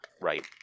right